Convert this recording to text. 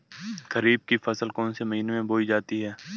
खरीफ की फसल कौन से महीने में बोई जाती है?